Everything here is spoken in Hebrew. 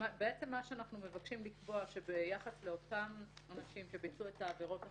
מה שאנחנו מבקשים לקבוע שביחס לאותם אנשים שביצעו את העבירות החמורות,